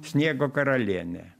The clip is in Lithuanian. sniego karalienė